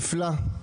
נפלא.